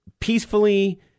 peacefully